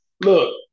Look